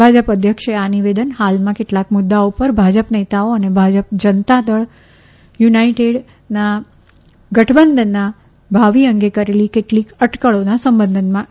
ભાજપા અધ્યક્ષે આ નિવેદન હાલમાં કેટલાક મુદ્દાઓ પર ભાજપા નેતાઓ અને ભાજપા જનતા દળ યુનાઇટેડ ગઠબંધનના ભાવિ અંગે કરેલી કેટલીક અટકળીના સંબંધમાં કર્યું છે